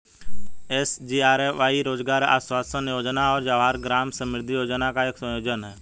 SGRY रोजगार आश्वासन योजना और जवाहर ग्राम समृद्धि योजना का एक संयोजन है